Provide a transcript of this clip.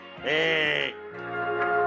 Hey